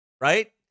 Right